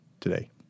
today